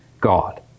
God